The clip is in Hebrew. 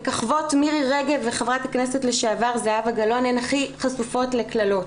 מככבות מירי רגב וחברת הכנסת לשעבר זהבה גלאון שהן הכי חשופות לקללות.